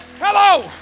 Hello